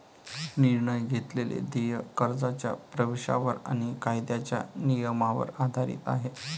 निर्णय घेतलेले देय कर्जाच्या प्रवेशावर आणि कायद्याच्या नियमांवर आधारित आहे